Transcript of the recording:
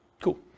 Cool